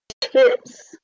tips